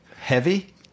heavy